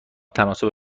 تناسب